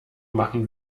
machen